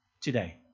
today